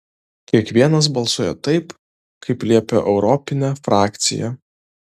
kiekvienas balsuoja taip kaip liepia europinė frakcija